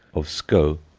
of sceaux,